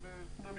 כן, בשני משפטים,